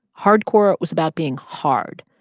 hardcore was about being hard.